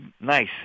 nice